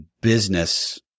business